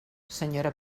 senyora